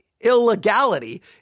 illegality